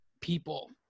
people